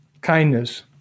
kindness